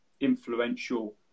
influential